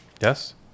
Yes